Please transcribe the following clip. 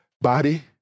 body